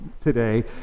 today